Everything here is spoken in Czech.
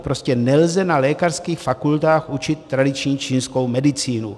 Prostě nelze na lékařských fakultách učit tradiční čínskou medicínu.